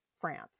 France